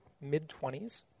mid-20s